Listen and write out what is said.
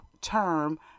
term